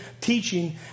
teaching